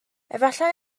efallai